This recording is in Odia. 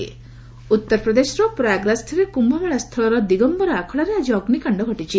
କୁମ୍ଭମେଳା ଉତ୍ତରପ୍ରଦେଶର ପ୍ରୟାଗରାଜଠାରେ କ୍ୟୁମେଳା ସ୍ଥଳର ଦିଗମ୍ଭରା ଆଖଡ଼ାରେ ଆଜି ଅଗ୍ରିକାଣ୍ଡ ଘଟିଛି